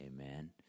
amen